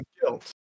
guilt